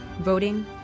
voting